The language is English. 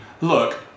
look